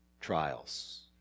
trials